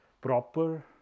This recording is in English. proper